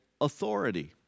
authority